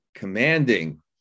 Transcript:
commanding